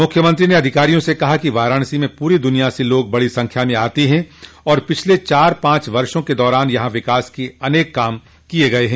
मुख्यमंत्री ने अधिकारियों से कहा कि वाराणसी में पूरी दुनिया से लोग बड़ी संख्या में आते हैं और पिछले चार पांच वर्षो के दौरान यहां विकास के अनेक काम किये गये हैं